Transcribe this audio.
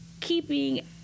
keeping